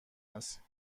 است